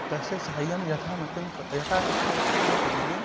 तस्य सहायं यथामति यथा शक्यते तथा करोमि